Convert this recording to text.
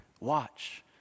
watch